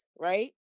right